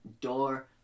Door